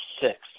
six